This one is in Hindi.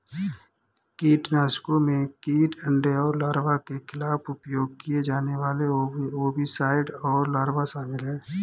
कीटनाशकों में कीट अंडे और लार्वा के खिलाफ उपयोग किए जाने वाले ओविसाइड और लार्वा शामिल हैं